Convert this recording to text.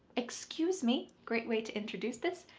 excuse me, great way to introduce this,